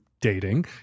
dating